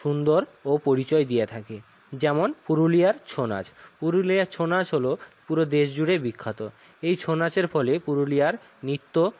সুন্দর ও পরিচয় দিয়া থাকে যেমন পুরুলিয়ার ছৌ নাচ পুরুলিয়ার ছৌ নাচ হল পুরো দেশ জুড়ে বিখ্যাত এই ছৌ নাচের ফলে পুরুলিয়ার নৃত্য